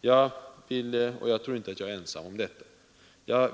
Jag tror inte att jag är ensam om det.